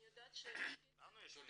אני יודעת שיש כסף --- לנו יש.